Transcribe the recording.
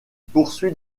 poursuit